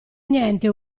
niente